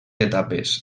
etapes